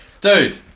dude